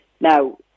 Now